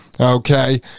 Okay